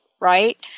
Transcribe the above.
right